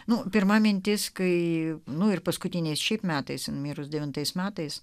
na pirma mintis kai nu ir paskutinės šiais metais mirus devintais metais